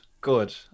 Good